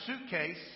suitcase